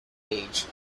age